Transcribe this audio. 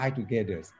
together